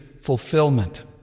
fulfillment